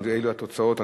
אם אלו התוצאות,